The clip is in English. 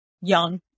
young